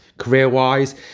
Career-wise